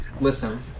listen